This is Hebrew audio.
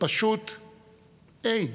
פשוט אין.